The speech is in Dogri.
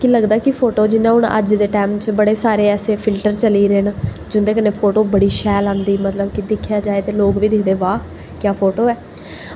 कि लगदा कि फोटो जि'यां हून अज्ज दे टैम च बड़े सारे ऐसे फिल्टर चली दे न जिं'दे कन्नै फोटो बड़ी शैल आंदी मतलब कि दिक्खेआ जाए ते लोग बी दिक्खदे वाह् क्या फोटो ऐ